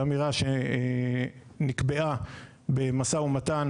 זו אמירה שנקבעה במשא ומתן,